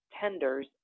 Tenders